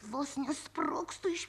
vos nesprogstu iš